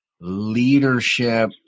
leadership